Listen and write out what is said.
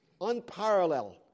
unparalleled